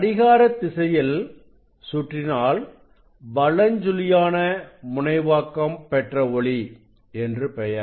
கடிகார திசையில் சுற்றினால் வலஞ்சுழியானமுனைவாக்கம் பெற்ற ஒளி என்று பெயர்